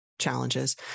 challenges